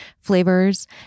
flavors